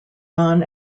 non